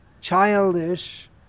childish